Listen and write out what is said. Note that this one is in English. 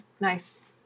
Nice